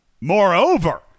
Moreover